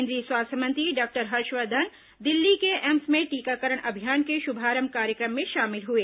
केन द्रीय स्वास्थ्य मंत्री डॉ क्टर हर्षवर्धन दिल्ली के एम्स में टीकाकरण अभियान के शुभारंभ कार्य क्र म में शामिल हुए